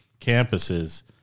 campuses